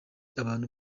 abantu